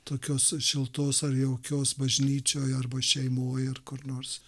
tokios šiltos ar jaukios bažnyčioj arba šeimoj ar kur nors